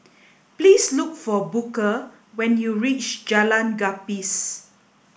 please look for Booker when you reach Jalan Gapis